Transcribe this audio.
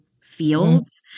fields